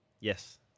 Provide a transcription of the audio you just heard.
Yes